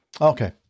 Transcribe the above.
Okay